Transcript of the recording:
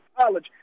college